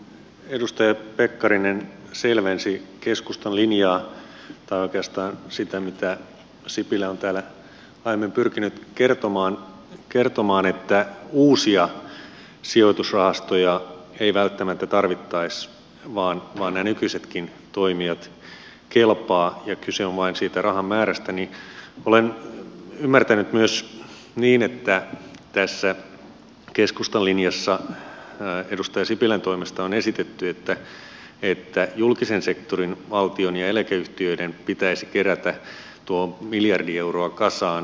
kun edustaja pekkarinen selvensi keskustan linjaa tai oikeastaan sitä mitä sipilä on täällä aiemmin pyrkinyt kertomaan että uusia sijoitusrahastoja ei välttämättä tarvittaisi vaan ne nykyisetkin toimijat kelpaavat ja kyse on vain siitä rahan määrästä niin olen ymmärtänyt myös niin että tässä keskustan linjassa edustaja sipilän toimesta on esitetty että julkisen sektorin eli valtion ja eläkeyhtiöiden pitäisi kerätä tuo miljardi euroa kasaan